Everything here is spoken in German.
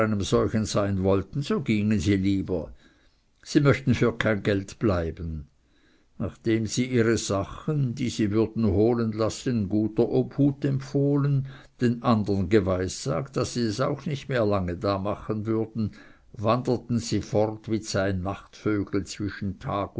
solchen sein wollten so gingen sie lieber sie möchten für kein geld bleiben nachdem sie ihre sachen die sie würden holen lassen guter obhut empfohlen den andern geweissaget daß sie es auch nicht lange mehr da machen würden wanderten sie fort wie zwei nachtvögel zwischen tag